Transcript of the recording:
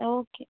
okay